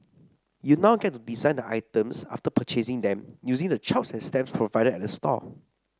you now get to design the items after purchasing them using the chops and stamps provided at the store